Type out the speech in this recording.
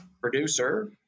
producer